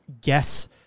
guess